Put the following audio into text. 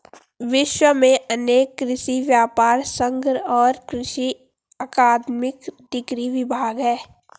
विश्व में अनेक कृषि व्यापर संघ और कृषि अकादमिक डिग्री विभाग है